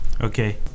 Okay